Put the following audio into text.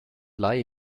lie